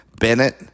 Bennett